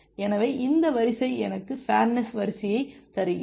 எனவே இந்த வரிசை எனக்கு ஃபேர்நெஸ் வரிசையை தருகிறது